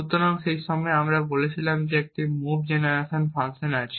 সুতরাং সেই সময় আমরা বলেছিলাম একটি মুভ জেনারেশন ফাংশন আছে